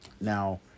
Now